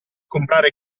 comprare